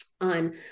on